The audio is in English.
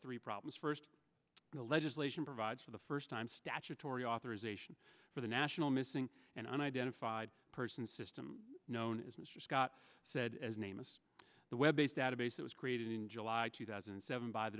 three problems first the legislation provides for the first time statutory authorization for the national missing and unidentified persons system known as mr scott said as a name of the web based at a base that was created in july two thousand and seven by the